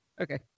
Okay